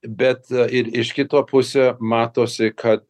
bet ir iš kito puse matosi kad